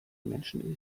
menschen